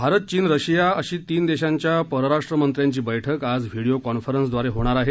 भारत घीन रशिया अशी तीन देशांच्या परराष्ट्रमंत्र्यांची बैठक आज व्हिडिओ कॉन्फरन्सद्वारे होणार आहे